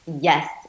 Yes